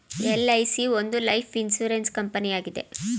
LIC ಒಂದು life insurance ಕಂಪನಿಯಾಗಿದೆ